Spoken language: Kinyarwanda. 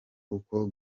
uko